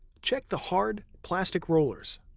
check the hard, plastic rollers.